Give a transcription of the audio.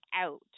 out